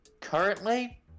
currently